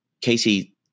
Casey